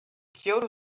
kyoto